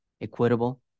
equitable